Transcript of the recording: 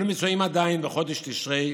אנו מצויים עדיין בחודש תשרי,